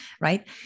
Right